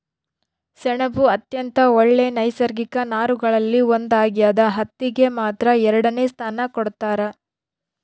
ಸೆಣಬು ಅತ್ಯಂತ ಒಳ್ಳೆ ನೈಸರ್ಗಿಕ ನಾರುಗಳಲ್ಲಿ ಒಂದಾಗ್ಯದ ಹತ್ತಿಗೆ ಮಾತ್ರ ಎರಡನೆ ಸ್ಥಾನ ಕೊಡ್ತಾರ